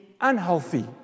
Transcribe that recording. unhealthy